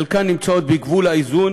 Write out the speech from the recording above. חלקן נמצאות בגבול האיזון,